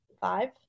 five